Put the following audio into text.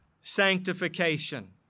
sanctification